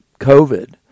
COVID